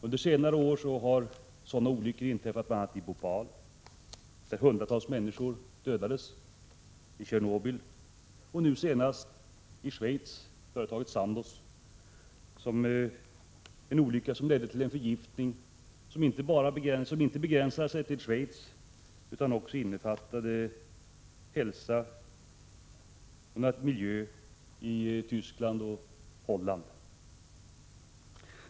Under senare har sådana olyckor inträffat bl.a. i Bhopal, där hundratals människor dödades, i Tjernobyl och nu senast i Schweiz, där olyckan vid företaget Sandoz ledde till en förgiftning som inte begränsade sig till Schweiz utan även påverkade hälsa och miljö i Tyskland och Holland.